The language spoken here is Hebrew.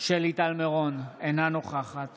שלי טל מירון, אינה נוכחת